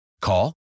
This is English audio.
Call